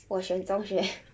我选中学